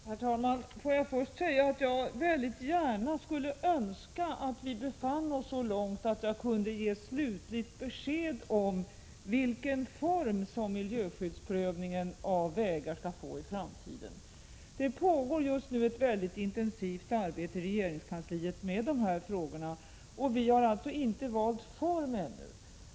Herr talman! Får jag först säga att jag verkligen skulle önska att vi befann oss så långt framme att jag kunde ge slutligt besked om vilken form som miljöskyddsprövningen av vägar skall få i framtiden. Det pågår just nu ett väldigt intensivt arbete i regeringskansliet med dessa frågor, och vi har inte valt form ännu.